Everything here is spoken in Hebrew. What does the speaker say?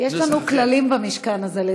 יש לנו כללים במשכן הזה,